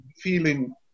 feeling